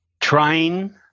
train